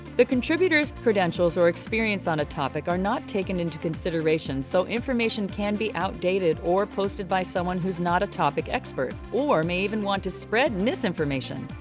the contributor's credentials or experience on a topic are not taken into consideration so information can be outdated or posted by someone who is not a topic expert or may even want to spread misinformation.